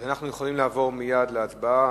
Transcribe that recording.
אנו יכולים לעבור מייד להצבעה.